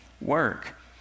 work